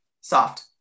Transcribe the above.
soft